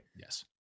Yes